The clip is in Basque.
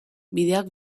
bideak